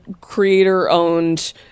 creator-owned